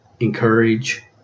encourage